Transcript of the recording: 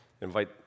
invite